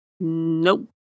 Nope